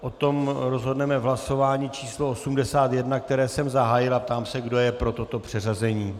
O tom rozhodneme v hlasování číslo 81, které jsem zahájil, a ptám se, kdo je pro toto přeřazení.